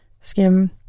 Skim